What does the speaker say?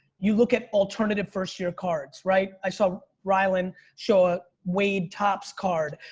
you look at alternative first year cards, right? i saw rylan show ah wade topps card.